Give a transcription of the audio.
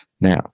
Now